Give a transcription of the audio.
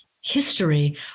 history